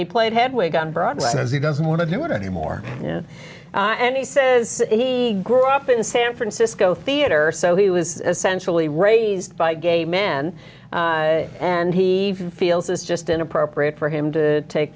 he played hedwig on broadway says he doesn't want to do it anymore and he says he grew up in san francisco theater so he was essentially raised by gay men and he feels is just inappropriate for him to take